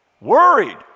worried